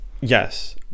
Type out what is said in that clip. Yes